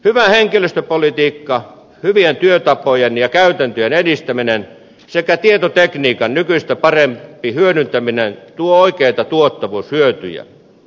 hyvä henkilöstöpolitiikka hyvien työtapojen ja käytäntöjen edistäminen sekä tietotekniikan nykyistä parempi hyödyntäminen tuo oikeita tuottavuushyötyjä